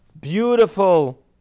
beautiful